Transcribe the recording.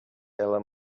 ela